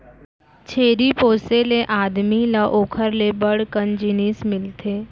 छेरी पोसे ले आदमी ल ओकर ले बड़ कन जिनिस मिलथे